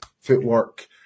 footwork